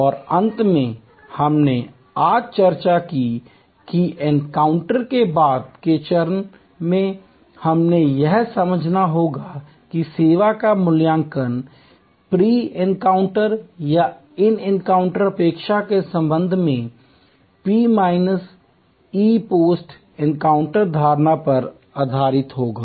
और अंत में हमने आज चर्चा की है कि एनकाउंटर के बाद के चरण में हमें यह समझना होगा कि सेवा का मूल्यांकन प्री एनकाउंटर या इन एनकाउंटर अपेक्षा के संबंध में P minus E post encounter धारणा पर आधारित होगा